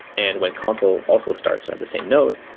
and went consul also starts on the same node,